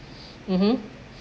mmhmm